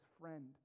friend